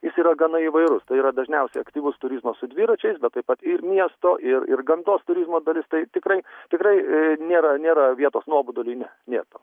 jis yra gana įvairus tai yra dažniausiai aktyvus turizmas su dviračiais bet taip pat ir miesto ir ir gamtos turizmo dalis tai tikrai tikrai nėra nėra vietos nuoboduliui ne nėr to